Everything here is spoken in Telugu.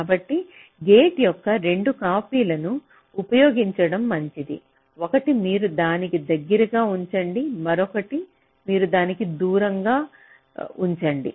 కాబట్టి గేట్ల యొక్క 2 కాపీలను ఉపయోగించడం మంచిది ఒకటి మీరు దానికి దగ్గరగా ఉంచండి మరొకటి మీరు దానికి దగ్గరగా ఉంచండి